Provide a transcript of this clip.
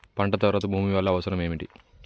పంట తర్వాత భూమి వల్ల అవసరం ఏమిటి?